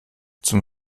zum